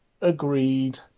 agreed